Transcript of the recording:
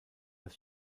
das